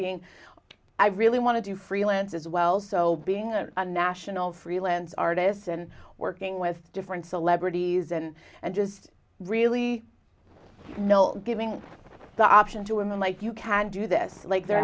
being i really want to do freelance as well so being in a national freelance artists and working with different celebrities and and just really know giving the option to women like you can do this like the